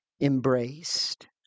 embraced